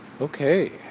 okay